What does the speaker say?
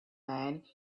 man